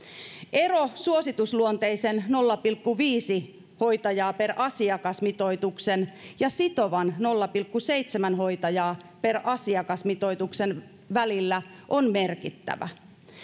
ero suositusluonteisen nolla pilkku viisi hoitajaa per asiakas mitoituksen ja sitovan nolla pilkku seitsemän hoitajaa per asiakas mitoituksen välillä on merkittävä